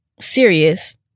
serious